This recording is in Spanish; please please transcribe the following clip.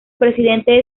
presidente